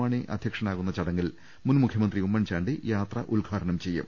മാണി അധ്യക്ഷനാകുന്ന ചടങ്ങിൽ മുൻ മുഖ്യമന്ത്രി ഉമ്മൻചാണ്ടി യാത്ര ഉദ്ഘാടനം ചെയ്യും